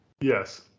Yes